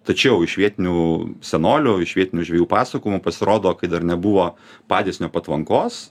tačiau iš vietinių senolių iš vietinių žvejų pasakujimų pasirodo kai dar nebuvo padysnio patvankos